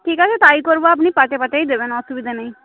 ঠিক আছে তাই করব আপনি পার্টে পার্টেই দেবেন অসুবিধা নেই